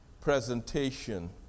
presentation